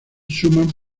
suman